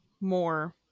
more